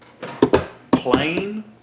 Plain